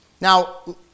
Now